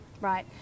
Right